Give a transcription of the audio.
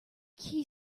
key